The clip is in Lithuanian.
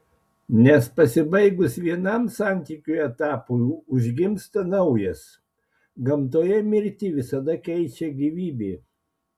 nes pasibaigus vienam santykių etapui užgimsta naujas gamtoje mirtį visada keičia gyvybė